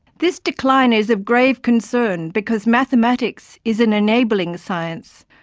this decline is of grave concern because mathematics is an enabling science.